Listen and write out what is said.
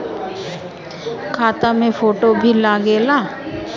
खाता मे फोटो भी लागे ला?